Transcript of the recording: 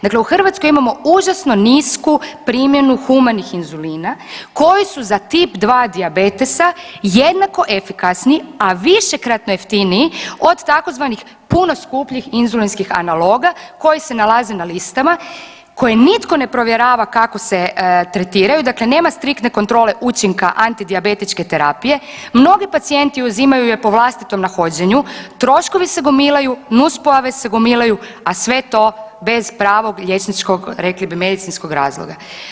Dakle u Hrvatskoj imamo užasno nisku primjenu humanih inzulina koji su za tip 2 dijabetesa jednako efikasni, a višekratno jeftiniji od tzv. puno skupljih inzulinskih analoga koji se nalaze na listama koje nitko ne provjera kako se tretiraju, dakle nema striktne kontrole učinka anti dijabetičke terapije, mnogi pacijenti uzimaju je po vlastitom nahođenju, troškovi se gomilaju, nuspojave se gomilaju, a sve to bez pravnog liječničkom rekli bi medicinskog razloga.